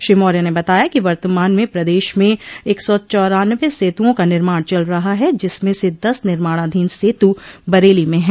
श्री मौर्य ने बताया कि वर्तमान में प्रदश में एक सौ चौरानवे सेतुओं का निर्माण चल रहा है जिसमें से दस निर्माणाधीन सेतु बरेली में हैं